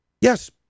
Yes